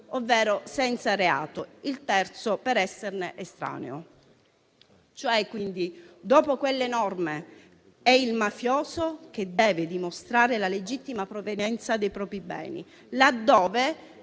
ovvero senza reato (il terzo per esserne estraneo). Quindi, dopo quelle norme, è il mafioso che deve dimostrare la legittima provenienza dei propri beni, laddove